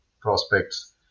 prospects